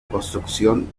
construcción